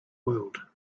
world